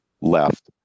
left